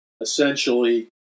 essentially